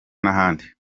n’ahandi